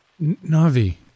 Navi